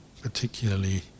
particularly